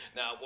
Now